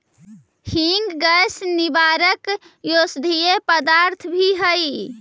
हींग गैस निवारक औषधि पदार्थ भी हई